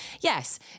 Yes